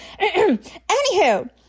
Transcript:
Anywho